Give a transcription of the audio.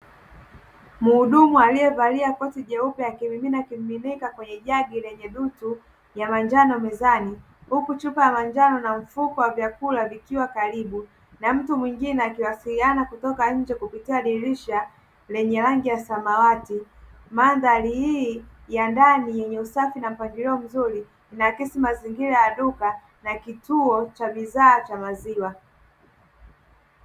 Mhudumu aliyevalia koti jeupe akimimina kiminika kwenye jagi lenye dutu ya manjano mezani, huku chupa ya manjano na mfuko wa vyakula vikiwa karibu na mtu mwingine akiwasiliana kutoka nje kupitia dirisha lenye rangi ya samawati. Mandhari hii ya ndani yenye usafi na mpangilio mzuri inakizi mazingira ya duka na, cha bidhaa cha maziwa.